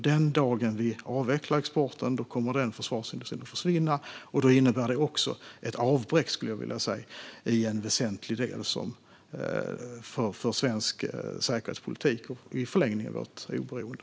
Den dag då vi avvecklar exporten kommer försvarsindustrin att försvinna, och det skulle innebära ett avbräck i en väsentlig del för svensk säkerhetspolitik och i förlängningen vårt oberoende.